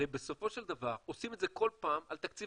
הרי בסופו של דבר עושים את זה כל פעם על תקציב